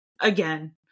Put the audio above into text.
again